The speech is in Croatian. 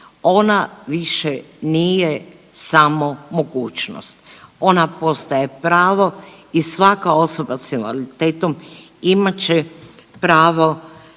ona više nije samo mogućnost, ona postaje pravo i svaka osoba s invaliditetom imat će pravo